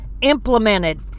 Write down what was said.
implemented